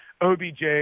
OBJ